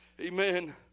Amen